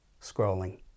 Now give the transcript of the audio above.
scrolling